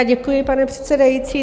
Děkuji, pane předsedající.